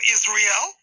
Israel